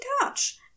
touch